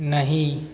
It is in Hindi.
नहीं